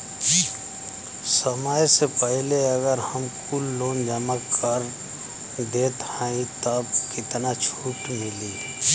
समय से पहिले अगर हम कुल लोन जमा कर देत हई तब कितना छूट मिली?